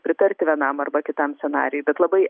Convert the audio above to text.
pritarti vienam arba kitam scenarijui bet labai